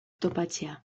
topatzea